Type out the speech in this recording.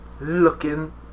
looking